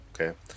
Okay